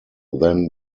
then